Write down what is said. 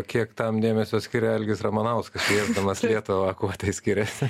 kiek tam dėmesio skiria algis ramanauskas piešdamas lietuvą kuo tai skiriasi